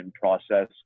process